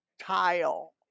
tile